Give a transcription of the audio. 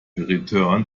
return